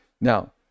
Now